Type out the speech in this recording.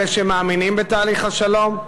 אלה שמאמינים בתהליך השלום: